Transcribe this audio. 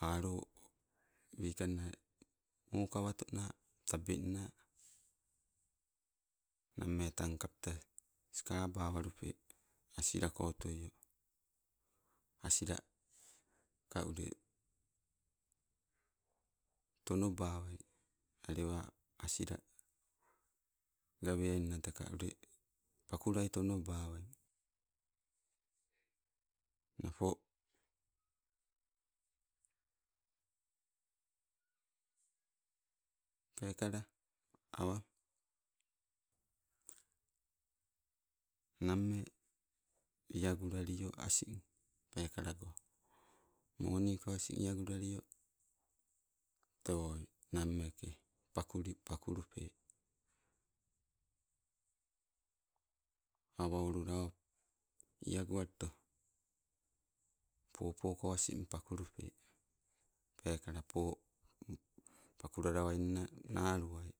Alo wikanna, mokawatona tabenna. Nammee tang kapta skabawalupe, asilako otoio, asila ka ule, tonobawai alewa asila gawe ainna teka ule pakulai tonobawai. Napo peekala awa, name iagulalio asing peekalago moniko asing iagulalio tewoi nammee ke pakuli pakulupe. Awa olula o iagut to popoko asing pakulupe, pekala po pakulalawainna naluwai